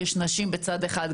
יש נשים בצד אחד,